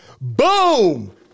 Boom